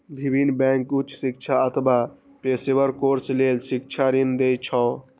विभिन्न बैंक उच्च शिक्षा अथवा पेशेवर कोर्स लेल शिक्षा ऋण दै छै